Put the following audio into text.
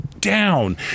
down